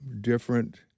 different